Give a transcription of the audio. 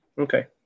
Okay